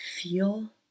feel